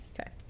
Okay